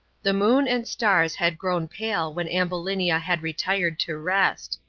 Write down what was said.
the moon and stars had grown pale when ambulinia had retired to rest.